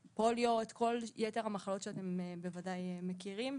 יש שם פוליו וכל יתר המחלות שאתם בוודאי מכירים.